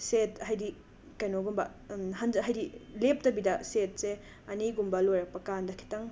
set ꯍꯥꯏꯗꯤ ꯀꯩꯅꯣꯒꯨꯝꯕ ꯍꯟ ꯍꯥꯏꯗꯤ ꯂꯦꯞꯇꯕꯤꯗ ꯁꯦꯠꯁꯦ ꯑꯅꯤꯒꯨꯝꯕ ꯂꯣꯏꯔꯛꯄꯀꯥꯟꯗ ꯈꯤꯇꯪ